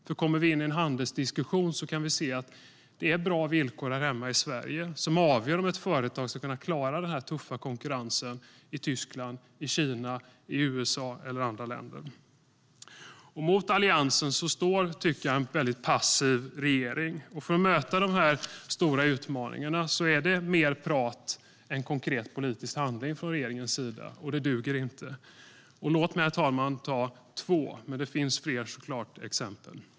Om vi kommer in i en handelsdiskussion kan vi se att det är bra villkor här hemma i Sverige som avgör om ett företag ska kunna klara den tuffa konkurrensen i Tyskland, Kina, USA eller andra länder. Mot Alliansen står en, som jag tycker, passiv regering. För att möta de stora utmaningarna är det mer prat än konkret politisk handling från regeringens sida. Det duger inte. Låt mig, herr talman, ta två exempel. Det finns såklart fler.